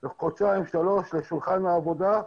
לחודשיים-שלושה לשולחן העבודה,